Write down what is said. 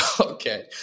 Okay